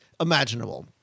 imaginable